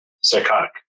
psychotic